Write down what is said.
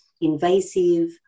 invasive